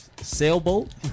Sailboat